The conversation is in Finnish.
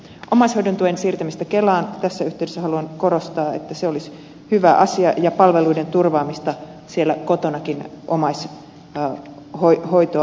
omaishoidon tuen siirtäminen kelaan tässä yhteydessä haluan korostaa olisi hyvä asia ja palveluiden turvaaminen siellä kotonakin omaishoitoa tehtäessä